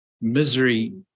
misery